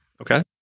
Okay